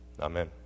Amen